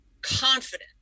confident